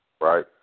Right